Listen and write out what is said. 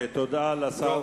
תודה לשר.